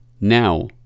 Now